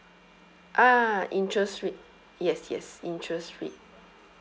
ah interest rate yes yes interest rate